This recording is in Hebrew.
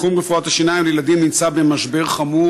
תחום רפואת השיניים לילדים נמצא במשבר חמור,